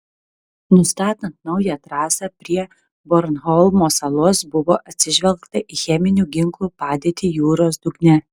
nustatant naują trasą prie bornholmo salos buvo atsižvelgta į cheminių ginklų padėtį jūros dugne